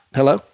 Hello